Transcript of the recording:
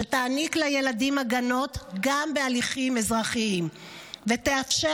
שתעניק לילדים הגנות גם בהליכים אזרחיים ותאפשר